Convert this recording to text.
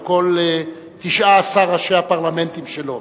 על כל 19 ראשי הפרלמנטים שלו,